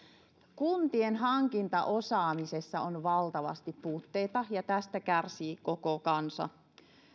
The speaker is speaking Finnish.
kuntien hankintaosaamisessa on on valtavasti puutteita ja tästä kärsii koko kansa